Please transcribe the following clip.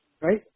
right